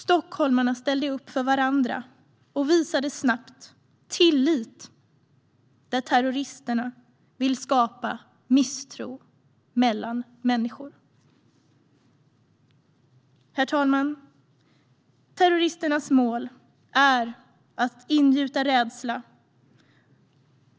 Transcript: Stockholmarna ställde upp för varandra och visade snabbt tillit där terroristerna ville skapa misstro mellan människor. Herr talman! Terroristernas mål är att ingjuta rädsla.